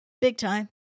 big-time